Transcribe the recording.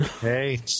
Hey